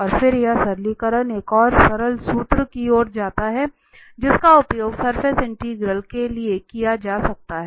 और फिर यह सरलीकरण एक और सरल सूत्र की ओर जाता है जिसका उपयोग सरफेस इंटीग्रल के लिए किया जा सकता है